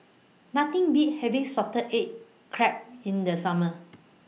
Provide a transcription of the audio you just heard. Nothing Beats having Salted Egg Crab in The Summer